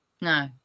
No